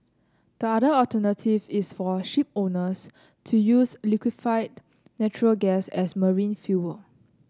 the other alternative is for shipowners to use liquefied natural gas as marine fuel